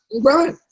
Right